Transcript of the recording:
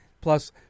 Plus